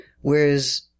Whereas